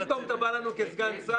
פתאום אתה בא לנו כסגן שר?